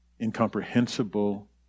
incomprehensible